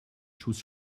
schuss